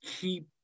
keep